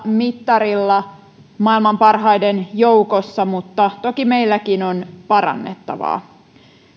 mittarilla maailman parhaiden joukossa mutta toki meilläkin on parannettavaa